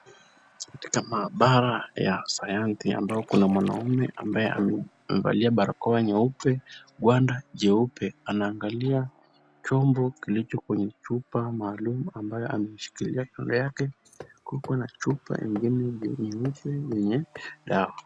Katika maabara ya sayansi, ambapo kuna mwanamume ambaye amevalia barakoa nyeupe, gwanda jeupe, anaangalia chombo kilicho kwenye chupa maalum ambayo ameishikilia. Kando yake kuko na chupa ingine nyeupe yenye dawa.